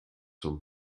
zum